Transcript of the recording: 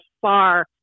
far